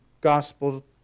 gospel